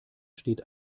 steht